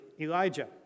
Elijah